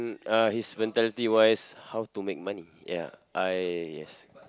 mm uh his mentality wise how to make money ya I yes